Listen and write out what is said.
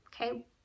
okay